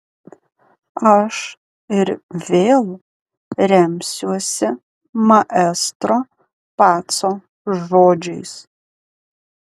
aš ir vėl remsiuosi maestro paco žodžiais